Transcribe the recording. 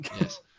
Yes